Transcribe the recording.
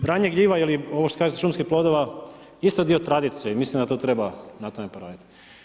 Branje gljiva ili ovo što se kaže šumskih plodova isto je dio tradicije i mislim da treba na tome poraditi.